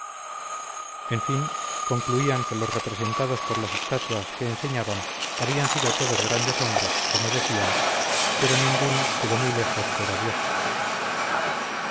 en fin concluían que los representados por las estatuas que enseñaban habían sido todos grandes hombres como decían pero ninguno que de muy lejos fuera dios